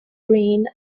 green